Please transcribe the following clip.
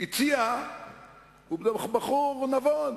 הוא בחור נבון,